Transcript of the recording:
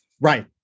Right